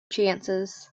chances